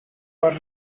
were